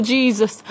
Jesus